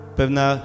pewna